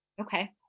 Okay